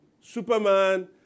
Superman